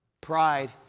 Pride